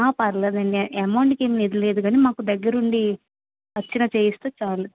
పర్లేదండి ఎ అమౌంట్కి ఏమి ఇదిలేదు కానీ మాకు దగ్గర ఉండి అర్చన చేయిస్తే చాలు